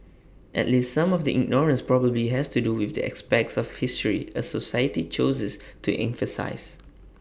at least some of the ignorance probably has to do with the aspects of history A society chooses to emphasise